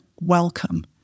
welcome